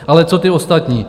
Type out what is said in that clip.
Ale co ti ostatní?